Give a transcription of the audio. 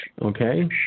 Okay